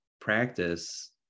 practice